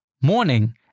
Morning